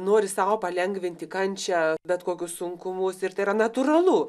nori sau palengvinti kančią bet kokius sunkumus ir tai yra natūralu